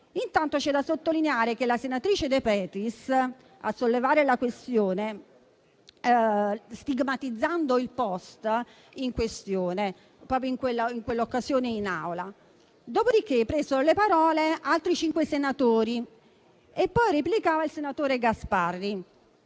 Intanto, c'è da sottolineare che è la senatrice De Petris a sollevare la questione, stigmatizzando il *post* proprio in quell'occasione in Aula. Dopodiché, presero la parola altri cinque senatori e poi replicava il senatore Gasparri,